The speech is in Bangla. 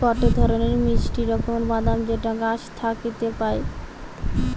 গটে ধরণের মিষ্টি রকমের বাদাম যেটা গাছ থাকি পাইটি